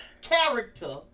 character